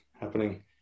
happening